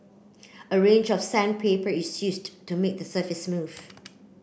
a range of sandpaper is used to make the surface smooth